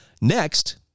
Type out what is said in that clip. Next